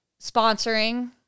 sponsoring